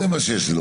זה מה שיש לי לומר.